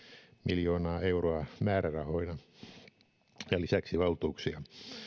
miljoonaa euroa määrärahoina ja lisäksi valtuuksia